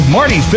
Marty